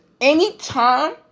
Anytime